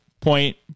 Point